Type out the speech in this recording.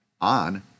on